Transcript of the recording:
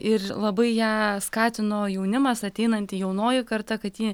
ir labai ją skatino jaunimas ateinanti jaunoji karta kad ji